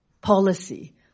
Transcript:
policy